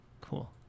cool